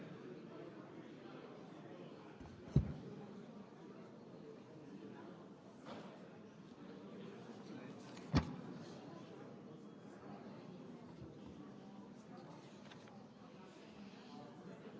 Режим на гласуване за допуск на изброените лица.